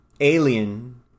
alien